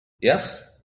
yes